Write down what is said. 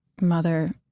mother